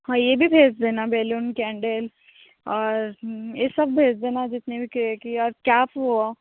हाँ ये भी भेज देना बेलून कैंडील और ये सब भेज देना जितने भी केक या कैप हुआ